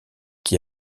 qui